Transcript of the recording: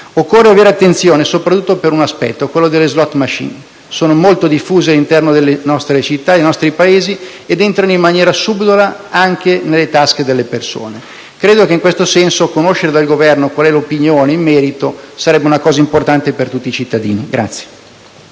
Occorre avere attenzione soprattutto su un aspetto: quello delle *slot machine*, che sono molto diffuse all'interno delle nostre città e nei nostri paesi, ed entrano in maniera subdola anche nelle tasche delle persone. Credo che, in questo senso, sapere dal Governo qual è la sua opinione in merito sarebbe una cosa importante per tutti i cittadini.